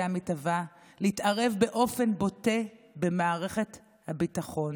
המתהווה להתערב באופן בוטה במערכת הביטחון.